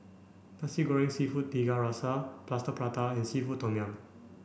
Nasi Goreng Seafood Tiga Rasa Plaster Prata and seafood tom yum